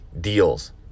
deals